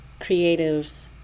creatives